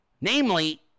namely